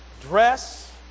dress